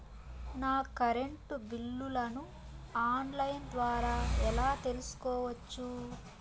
నా కరెంటు బిల్లులను online ద్వారా ఎలా తెలుసుకోవచ్చు?